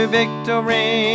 victory